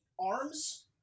arms